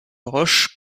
roche